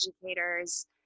educators